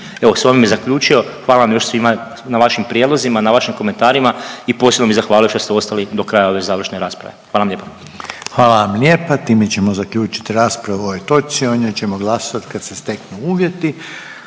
Evo sa ovim bih zaključio. Hvala vam još svima na vašim prijedlozima, na vašim komentarima i posebno bih zahvalio što ste ostali do kraja ove završne rasprave. Hvala vam lijepa. **Reiner, Željko (HDZ)** Hvala vam lijepa. Time ćemo zaključiti raspravu o ovoj točci. O njoj ćemo glasovati kad se steknu uvjeti,